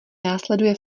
následuje